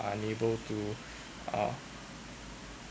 unable to uh